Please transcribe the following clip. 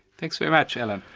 thanks very much, alan.